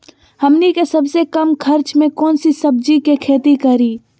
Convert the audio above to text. हमनी के सबसे कम खर्च में कौन से सब्जी के खेती करी?